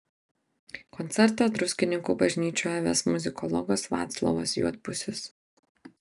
koncertą druskininkų bažnyčioje ves muzikologas vaclovas juodpusis